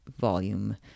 volume